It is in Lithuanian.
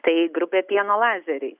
tai grupė pieno lazeriai